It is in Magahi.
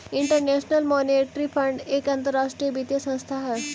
इंटरनेशनल मॉनेटरी फंड एक अंतरराष्ट्रीय वित्तीय संस्थान हई